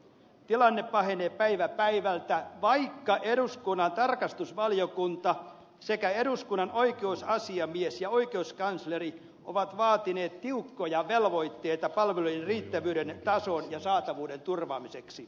tilanne pahenee päivä päivältä vaikka eduskunnan tarkastusvaliokunta sekä eduskunnan oikeusasiamies ja oikeuskansleri ovat vaatineet tiukkoja velvoitteita palveluiden riittävyyden tasoon ja saatavuuden turvaamiseksi